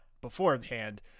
beforehand